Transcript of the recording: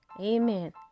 Amen